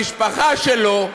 המשפחה שלו,